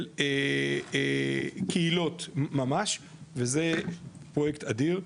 של קהילות ממש וזה פרויקט אדיר,